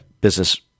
Business